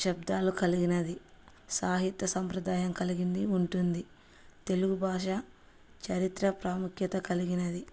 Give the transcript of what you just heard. శబ్దాలు కలిగినది సాహిత్య సంప్రదాయం కలిగింది ఉంటుంది తెలుగు భాష చరిత్ర ప్రాముఖ్యత కలిగినది